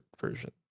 version